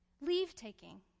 Leave-taking